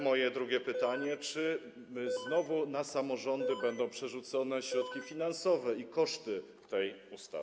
Moje drugie pytanie: Czy znowu na samorządy będą przerzucone środki finansowe i koszty tej ustawy?